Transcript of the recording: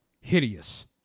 hideous